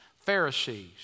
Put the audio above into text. Pharisees